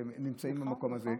והם נמצאים במקום הזה.